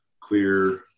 clear